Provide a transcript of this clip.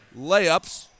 layups